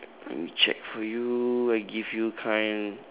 let me check for you I give you kind